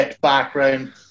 background